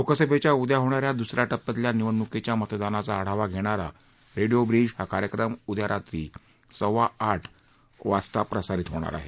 लोकसभेच्या उद्या होणा या दुस या टप्प्यातल्या निवडणुकीच्या मतदानाचा आढावा घेणारा रेडिओ ब्रीज हा कार्यक्रम उद्या रात्री सव्वा वाजता प्रसारित होणार आहे